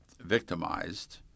victimized